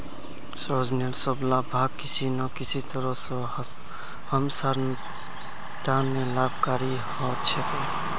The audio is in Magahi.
सहजनेर सब ला भाग किसी न किसी तरह स हमसार त न लाभकारी ह छेक